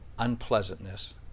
unpleasantness